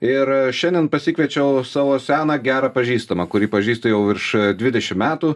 ir šiandien pasikviečiau savo seną gerą pažįstamą kurį pažįstu jau virš dvidešim metų